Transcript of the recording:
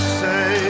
say